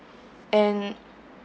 and